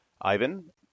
Ivan